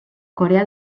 corea